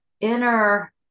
inner